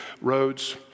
roads